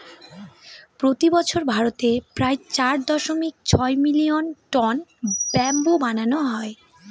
প্রতি বছর ভারতে প্রায় চার দশমিক ছয় মিলিয়ন টন ব্যাম্বু বানানো হয়